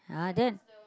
ah then